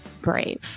brave